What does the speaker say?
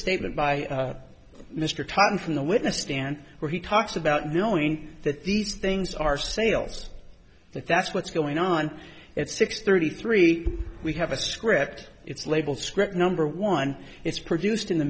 statement by mr totten from the witness stand where he talks about knowing that these things are sales that that's what's going on at six thirty three we have a script it's labeled script number one it's produced in the